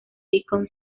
deacon